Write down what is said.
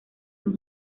son